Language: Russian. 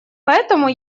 поэтому